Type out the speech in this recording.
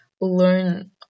learn